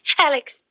Alex